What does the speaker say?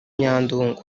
nyandungu